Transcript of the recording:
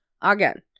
again